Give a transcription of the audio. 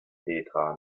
petra